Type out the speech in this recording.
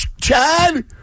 Chad